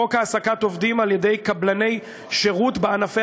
חוק העסקת עובדים על-ידי קבלני שירות בענפי